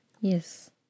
Yes